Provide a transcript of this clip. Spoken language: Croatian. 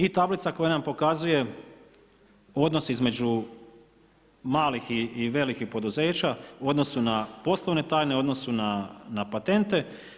I tablica koja nam pokazuje odnos između malih i velikih poduzeća u odnosu na poslovne tajne, u odnosu na patente.